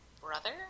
brother